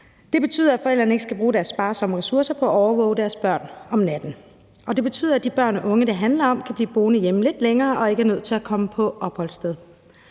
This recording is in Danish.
Det betyder, at forældrene ikke skal bruge deres sparsomme ressourcer på at overvåge deres børn om natten, og det betyder, at de børn og unge, det handler om, kan blive boende hjemme lidt længere og ikke er nødt til at komme på opholdssted.